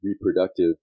reproductive